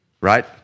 right